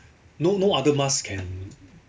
no no other masks can